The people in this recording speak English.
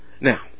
Now